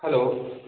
hello